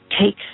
Take